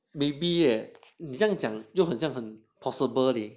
maybe ah 你这样讲又很像很 possible leh